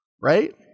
Right